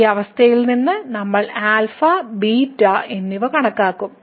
ഈ അവസ്ഥയിൽ നിന്ന് നമ്മൾ α എന്നിവ കണക്കാക്കും